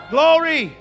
Glory